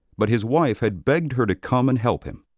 but his wife had begged her to come and help him.